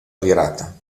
virata